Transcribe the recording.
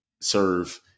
serve